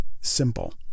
simple